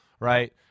Right